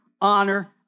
honor